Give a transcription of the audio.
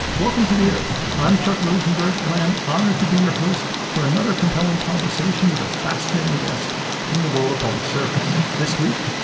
welcome to the oath. i'm chuck rosenberg, and i am honored to be your host for another compelling conversation with a fascinating guest from the world of public service. this week,